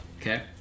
Okay